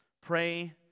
Pray